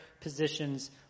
positions